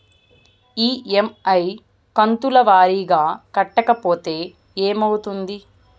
EMI కంతుల వారీగా కట్టకపోతే ఏమవుతుంది?